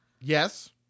yes